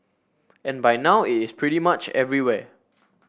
and by now it is pretty much everywhere